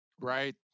Right